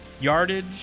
yardage